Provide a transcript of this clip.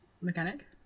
mechanic